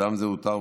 אדם זה אותר,